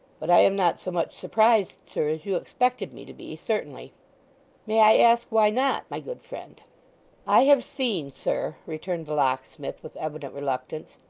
but i am not so much surprised, sir, as you expected me to be, certainly may i ask why not, my good friend i have seen, sir returned the locksmith with evident reluctance,